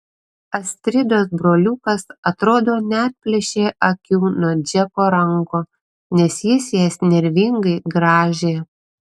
astridos broliukas atrodo neatplėšė akių nuo džeko rankų nes jis jas nervingai grąžė